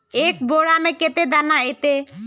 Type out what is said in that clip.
एक बोड़ा में कते दाना ऐते?